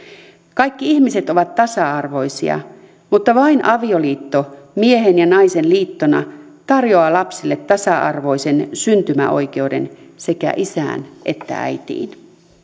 kaikki ihmiset ovat tasa arvoisia mutta vain avioliitto miehen ja naisen liittona tarjoaa lapsille tasa arvoisen syntymäoikeuden sekä isään että äitiin